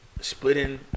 splitting